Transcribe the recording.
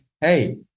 hey